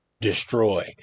destroy